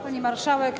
Pani Marszałek!